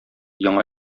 яңа